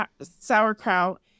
sauerkraut